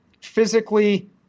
physically